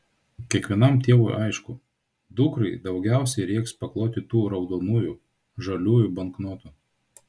kiekvienam tėvui aišku dukrai daugiausiai reiks pakloti tų raudonųjų žaliųjų banknotų